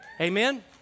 Amen